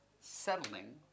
settling